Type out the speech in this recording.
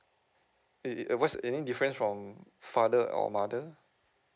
it it what's any difference from father or mother